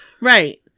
Right